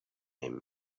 him